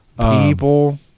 people